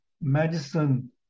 medicine